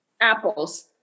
apples